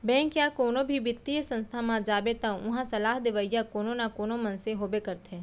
bank या कोनो भी बित्तीय संस्था म जाबे त उहां सलाह देवइया कोनो न कोनो मनसे होबे करथे